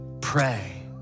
pray